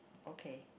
okay